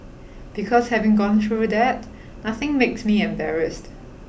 because having gone through that nothing makes me embarrassed